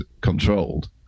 controlled